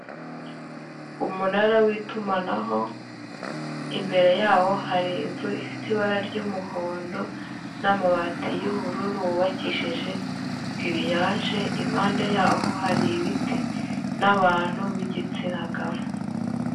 umunara w'itumanaho imbere yawo hari inzu ifite ibara ry'umuhondo n'amabati y'ubururu wubakishije giriyaje, impande yaho hari ibiti n'abantu b'igitsina gabo.